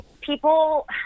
people